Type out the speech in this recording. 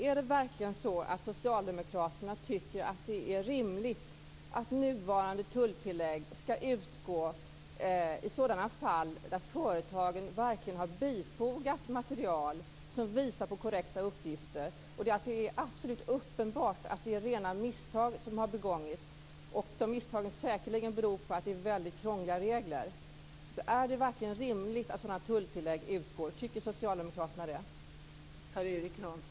Är det verkligen så att socialdemokraterna tycker att det är rimligt att nuvarande tulltillägg skall utgå i sådana fall där företagen har bifogat material som visar på korrekta uppgifter och det är absolut uppenbart att det har begåtts ett rent misstag samt att misstaget beror på att reglerna är väldigt krångliga? Tycker socialdemokraterna att det är rimligt att tulltillägg utgår i det fallet?